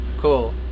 cool